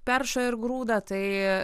perša ir grūda tai